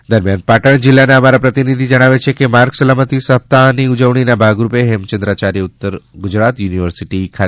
માર્ગ સલામતી પાટણ પાટણ જિલ્લા ના અમારા પ્રતિનિધિ જણાવે છે કે માર્ગ સલામતી સપ્તાહ ની ઉજવણી ના ભાગરૂપે હેમચંદ્રાચાર્ય ઉત્તર ગુજરાત યુનિવર્સિટી તા